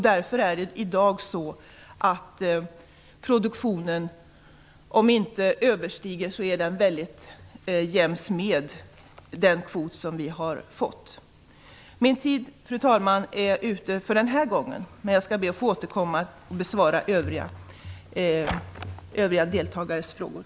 Därför är det i dag så att produktionen inte överstiger men ligger väldigt nära den kvot som vi har fått. Min tid är ute för den här gången, fru talman, men jag skall be att få återkomma för att besvara övriga deltagares frågor.